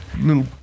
little